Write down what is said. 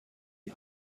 die